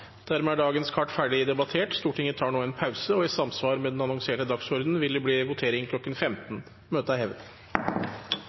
dermed avsluttet. Dermed er dagens kart ferdigdebattert. Stortinget tar nå pause, og i samsvar med den annonserte dagsordenen vil det bli votering kl. 15.